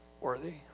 worthy